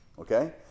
Okay